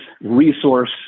resource